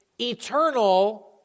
eternal